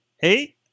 Hey